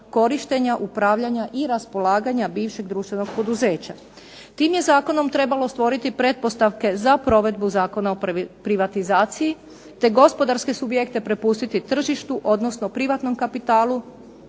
korištenja, upravljanja i raspolaganja bivšeg društvenog poduzeća. Tim je zakonom trebalo stvoriti pretpostavke za provedbu Zakona o privatizaciji te gospodarske subjekte prepustiti tržištu odnosno privatnom kapitalu,